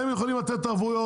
כי הם יכולים לתת ערבויות,